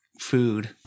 food